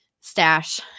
stash